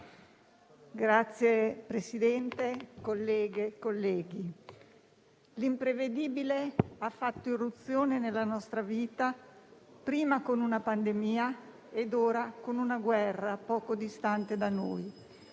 Signor Presidente, colleghe, colleghi, l'imprevedibile ha fatto irruzione nella nostra vita, prima con una pandemia ed ora con una guerra poco distante da noi.